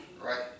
Right